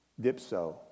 dipso